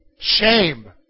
shame